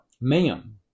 Ma'am